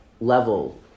level